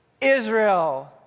Israel